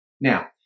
Now